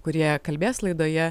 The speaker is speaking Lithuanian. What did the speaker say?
kurie kalbės laidoje